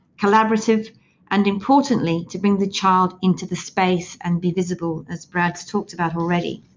collaborative and, importantly, to bring the child into the space and be visible, as brad's talked about already.